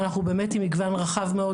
אנחנו באמת עם מגוון רחב מאוד,